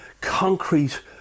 concrete